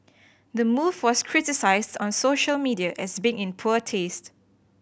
the move was criticised on social media as being in poor taste